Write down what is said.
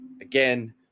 Again